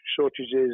shortages